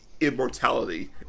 immortality